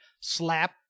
Slap